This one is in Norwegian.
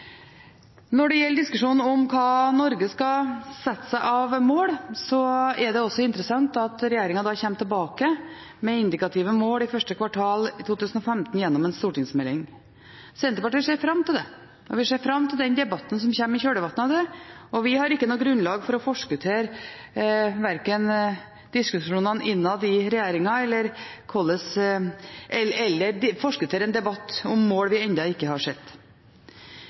Når det gjelder diskusjonen om hva Norge skal sette seg av mål, er det også interessant at regjeringen kommer tilbake med indikative mål i første kvartal 2015 gjennom en stortingsmelding. Senterpartiet ser fram til det, og vi ser fram til den debatten som kommer i kjølvannet av den. Vi har ikke noe grunnlag for verken å forskuttere diskusjonene innad i regjeringen eller å forskuttere en debatt om mål vi ennå ikke har sett.